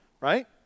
right